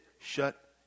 shut